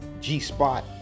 G-spot